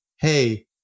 hey